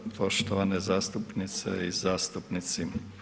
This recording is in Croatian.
Poštovane zastupnice i zastupnici.